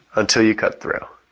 until you cut through.